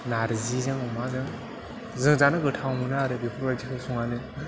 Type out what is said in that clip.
नार्जिजों अमाजों जों जानो गोथाव मोनो आरो बेफोरबायदि संनानै